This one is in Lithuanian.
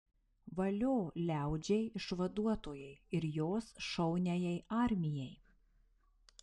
valio liaudžiai išvaduotojai ir jos šauniajai armijai